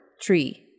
tree